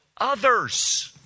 others